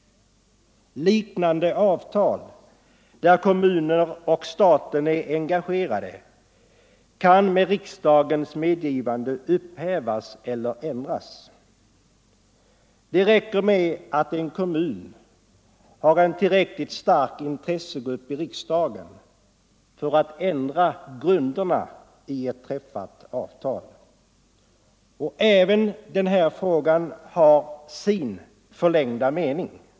Liknande avtal där kommuner och staten är engagerade kan med riksdagens medgivande upphävas eller ändras. Det räcker att en kommun har en tillräckligt stark intressegrupp i riksdagen för att grunderna i ett träffat avtal skall kunna ändras. Även denna fråga har sin förlängda mening.